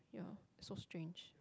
yeah it's so strange